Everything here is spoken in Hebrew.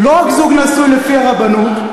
לא רק זוג נשוי לפי הרבנות,